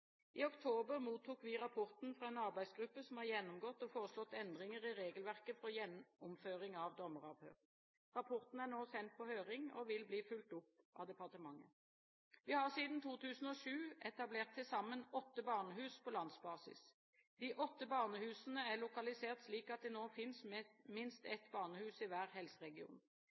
I oktober mottok vi rapporten fra en arbeidsgruppe som har gjennomgått og foreslått endringer i regelverket for gjennomføring av dommeravhør. Rapporten er nå sendt på høring, og vil bli fulgt opp av departementet. Vi har siden 2007 etablert til sammen åtte barnehus på landsbasis. De åtte barnehusene er lokalisert slik at det nå finnes minst ett barnehus i hver helseregion.